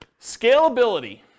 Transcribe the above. Scalability